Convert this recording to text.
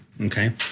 Okay